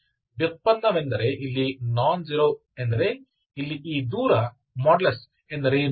ವ್ಯುತ್ಪನ್ನವೆಂದರೆ ಇಲ್ಲಿ non zero ಎಂದರೆ ಇಲ್ಲಿ ಈ ದೂರ ಮಾಡ್ಯುಲಸ್ ಎಂದರೇನು